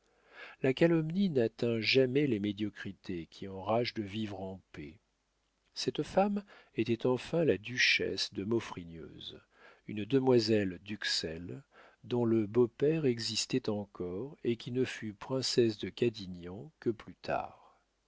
la calomnie n'atteint jamais les médiocrités qui enragent de vivre en paix cette femme était enfin la duchesse de maufrigneuse une demoiselle d'uxelles dont le beau-père existait encore et qui ne fut princesse de cadignan que plus tard